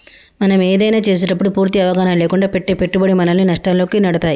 మనం ఏదైనా చేసేటప్పుడు పూర్తి అవగాహన లేకుండా పెట్టే పెట్టుబడి మనల్ని నష్టాల్లోకి నెడతాయి